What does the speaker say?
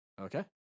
Okay